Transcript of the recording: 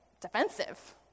defensive